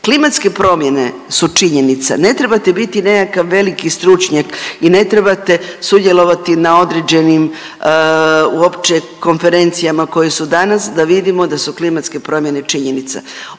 Klimatske promjene su činjenica. Ne trebate biti nekakav veliki stručnjak i ne trebate sudjelovati na određenim uopće konferencijama koje su danas, da vidimo da su klimatske promjene činjenica.